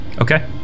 okay